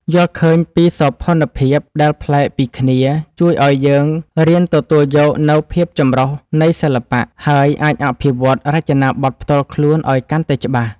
យល់ឃើញពីសោភ័ណភាពដែលប្លែកពីគ្នាជួយឱ្យយើងរៀនទទួលយកនូវភាពចម្រុះនៃសិល្បៈ ហើយ អាចអភិវឌ្ឍរចនាបថផ្ទាល់ខ្លួនឱ្យកាន់តែច្បាស់។